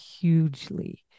hugely